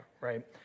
right